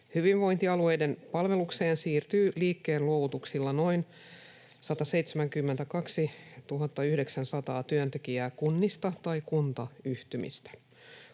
Hyvinvointialueiden palvelukseen siirtyy liikkeenluovutuksilla noin 172 900 työntekijää kunnista tai kuntayhtymistä.